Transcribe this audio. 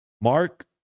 Mark